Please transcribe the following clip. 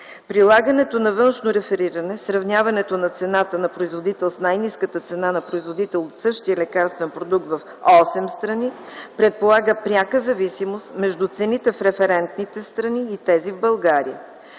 Прилагането на външно рефериране, сравняването на цената на производител с най-ниската цена на производител от същия лекарствен продукт в осем страни, предполага пряка зависимост между цените в референтните страни и тези в България.